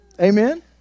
Amen